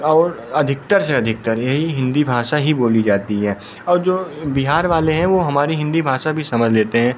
और अधिकतर से अधिकतर यही हिंदी भाषा ही बोली जाती है और जो बिहार वाले हैं वे हमारी हिंदी भाषा भी समझ लेते हैं